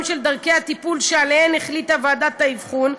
של דרכי הטיפול שעליהן החליטה ועדת האבחון,